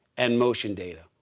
and motion data.